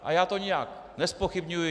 A já to nijak nezpochybňuji.